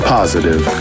Positive